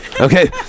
Okay